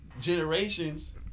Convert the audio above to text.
generations